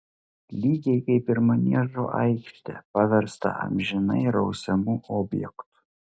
lygiai kaip ir maniežo aikštę paverstą amžinai rausiamu objektu